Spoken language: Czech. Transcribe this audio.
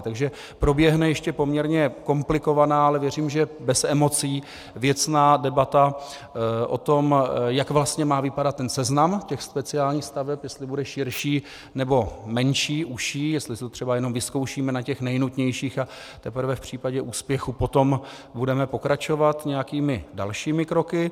Takže proběhne ještě poměrně komplikovaná, ale věřím, že bez emocí, věcná debata o tom, jak vlastně má vypadat seznam těch speciálních staveb, jestli bude širší, nebo menší, užší, jestli si to třeba jenom vyzkoušíme na těch nejnutnějších, a teprve v případě úspěchu potom budeme pokračovat nějakými dalšími kroky.